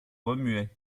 remuaient